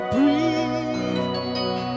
Breathe